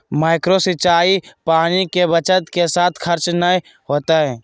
micro सिंचाई पानी के बचत के साथ खर्च नय होतय